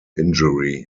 injury